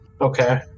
okay